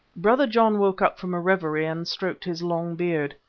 brother john woke up from a reverie and stroked his long beard.